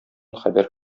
хәбәр